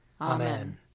Amen